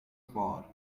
far